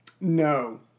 No